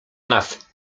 nas